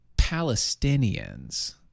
Palestinians